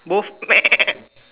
both